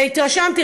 והתרשמתי,